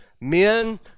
Men